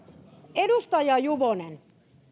edustaja juvonen